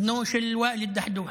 בנו של ואאל א-דחדוח.